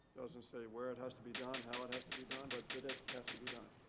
doesn't say where it has to be done, how it has to be done, but that it has to be done.